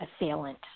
assailant